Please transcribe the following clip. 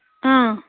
آ